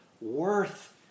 worth